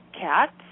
cats